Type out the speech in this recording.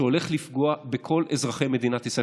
שהולך לפגוע בכל אזרחי מדינת ישראל.